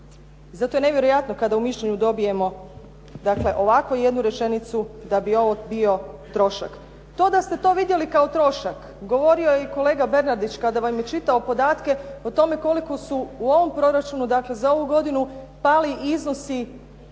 zato je nevjerojatno kada u mišljenju Vlade dobijemo ovako jednu rečenicu da bi ovo bio trošak. To da ste to vidjeli kao trošak govorio je i kolega Bernardić kada vam je čitao podatke o tome koliko su u ovom proračunu za ovu godinu pali iznosi